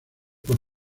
por